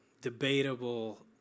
debatable